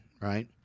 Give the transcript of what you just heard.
right